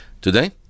Today